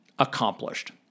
accomplished